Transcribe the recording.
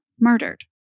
murdered